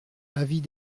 avis